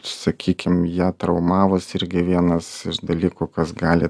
sakykim ją traumavus irgi vienas iš dalykų kas gali